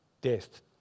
death